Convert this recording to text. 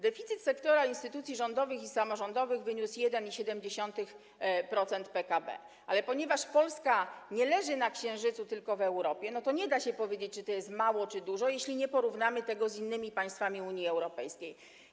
Deficyt sektora instytucji rządowych i samorządowych wyniósł 1,7% PKB, ale ponieważ Polska nie leży na księżycu, tylko w Europie, to nie da się powiedzieć, czy to jest mało, czy dużo, jeśli nie porównamy tego z innymi państwami Unii Europejskiej.